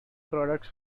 products